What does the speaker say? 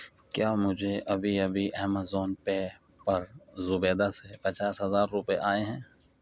کیا مجھے ابھی ابھی ایمیزون پے پر زبیدہ سے پچاس ہزار روپئے آئے ہیں